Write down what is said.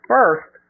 First